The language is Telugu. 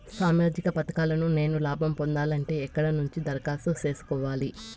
సామాజిక పథకాలను నేను లాభం పొందాలంటే ఎక్కడ నుంచి దరఖాస్తు సేసుకోవాలి?